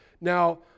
Now